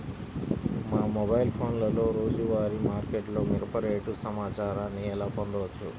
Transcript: మా మొబైల్ ఫోన్లలో రోజువారీ మార్కెట్లో మిరప రేటు సమాచారాన్ని ఎలా పొందవచ్చు?